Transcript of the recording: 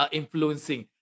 influencing